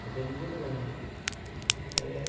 হবে না কি আমি জানি না তবে